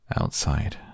Outside